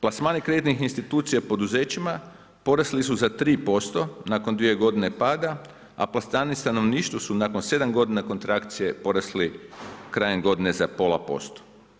Plasmani kreditnih institucija poduzećima porasli su za 3% nakon 2 godine pada a plasmani stanovništva su nakon 7 godina kontrakcije porasli krajem godine za pola posto.